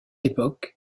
époque